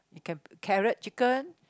you can carrot chicken